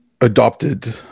adopted